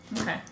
Okay